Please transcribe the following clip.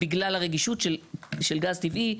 בגלל הרגישות של גז טבעי,